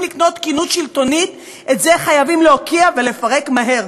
לקנות תקינות שלטונית חייבים להוקיע ולפרק מהר.